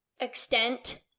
extent